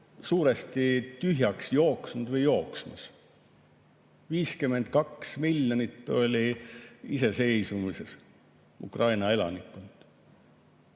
suuresti tühjaks jooksnud või jooksmas. 52 miljonit oli [pärast] iseseisvumist Ukraina elanikkond,